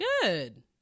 Good